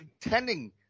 pretending